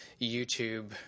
YouTube